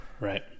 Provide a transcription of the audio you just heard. Right